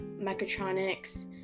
mechatronics